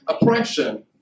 oppression